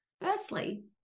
Firstly